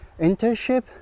internship